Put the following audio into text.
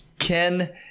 Ken